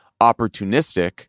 opportunistic